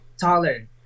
taller